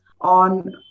on